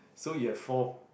so you have four